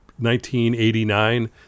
1989